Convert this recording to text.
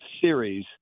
series